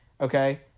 okay